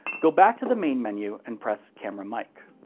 go back to the main menu and press camera mic.